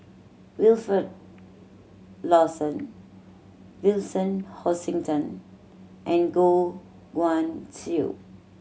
Wilfed Lawson Vincent Hoisington and Goh Guan Siew